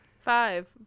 Five